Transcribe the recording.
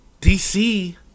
DC